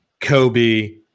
Kobe